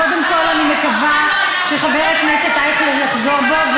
קודם כול אני מקווה שחבר הכנסת אייכלר יחזור בו,